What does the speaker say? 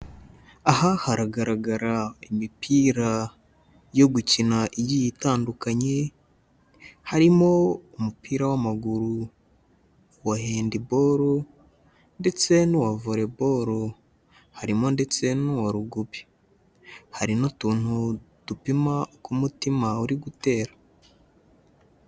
Aha haragaragara imipira yo gukina igiye itandukanye, harimo umupira w'amaguru wa Handball ndetse n'uwa Volleyball, harimo ndetse n'uwa Rugby, hari n'utuntu dupima uko umutima uri gutera.